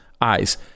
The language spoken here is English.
eyes